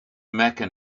mecca